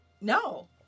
No